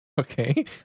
Okay